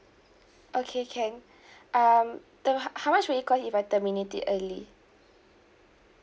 okay can um the how how much will it cost if I terminate it early